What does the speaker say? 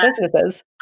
businesses